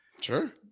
sure